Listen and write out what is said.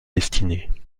destinée